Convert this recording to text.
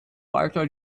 reiter